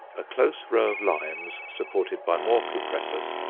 a close row of limes, supported by more cupressus,